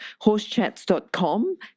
horsechats.com